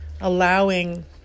allowing